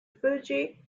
fuji